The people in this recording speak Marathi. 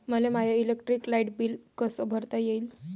मले माय इलेक्ट्रिक लाईट बिल कस भरता येईल?